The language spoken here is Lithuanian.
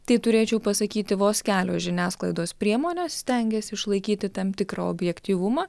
tai turėčiau pasakyti vos kelios žiniasklaidos priemonės stengiasi išlaikyti tam tikrą objektyvumą